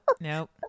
nope